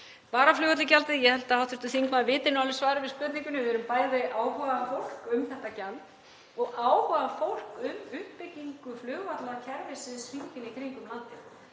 Varaflugvallagjaldið, ég held að hv. þingmaður viti nú alveg svarið við spurningunni. Við erum bæði áhugafólk um þetta gjald og áhugafólk um uppbyggingu flugvallakerfisins hringinn í kringum landið.